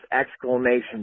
exclamation